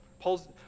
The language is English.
Paul's